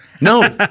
No